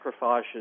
macrophages